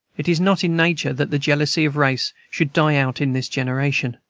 it is not in nature that the jealousy of race should die out in this generation,